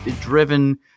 driven